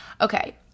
okay